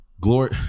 glory